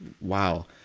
Wow